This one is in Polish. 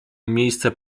miejsce